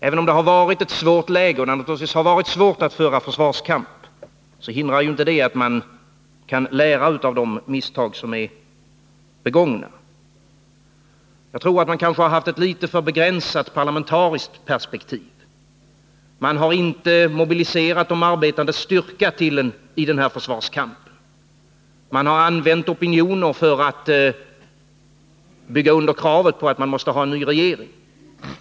Även om det har varit ett svårt läge och det naturligtvis har varit svårt att föra försvarskampen, hindrar inte det att man kan lära av de misstag som är begångna. Jag tror att man kanske har haft ett alltför begränsat parlamentariskt perspektiv. Man har inte mobiliserat de arbetandes styrka i den här försvarskampen. Man har använt opinioner för att bygga under kravet på att man måste ha en ny regering.